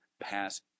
pass